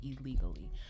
illegally